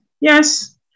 Yes